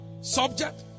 subject